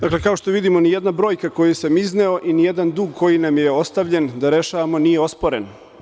Dakle, kao što vidimo ni jedna brojka koju sam izneo i ni jedan dug koji nam je ostavljen da rešavamo nije osporen.